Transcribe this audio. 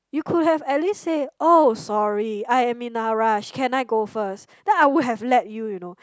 you could have at least say oh sorry I am in a rush can I go first then I would have let you you know